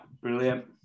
brilliant